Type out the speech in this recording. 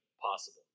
possible